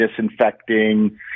disinfecting